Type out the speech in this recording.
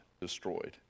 destroyed